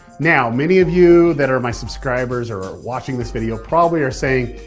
now, many of you that are my subscribers, or are watching this video probably are saying,